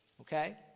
Okay